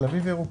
תל אביב ירוקה.